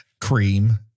Cream